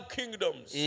kingdoms